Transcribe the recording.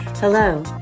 Hello